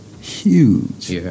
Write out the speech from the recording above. huge